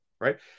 right